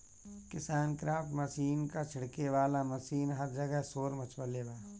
KisanKraft machine क छिड़के वाला मशीन हर जगह शोर मचवले बा